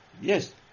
Yes